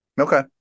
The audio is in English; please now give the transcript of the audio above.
Okay